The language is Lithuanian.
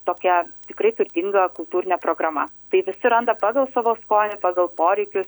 tokia tikrai turtinga kultūrinė programa tai visi randa pagal savo skonį pagal poreikius